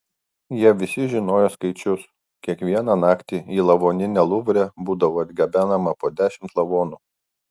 jie visi žinojo skaičius kiekvieną naktį į lavoninę luvre būdavo atgabenama po dešimt lavonų